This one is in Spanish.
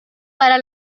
para